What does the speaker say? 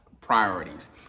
priorities